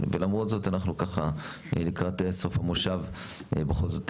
ולמרות זאת אנחנו ככה לקראת סוף המושב בכל זאת,